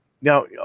now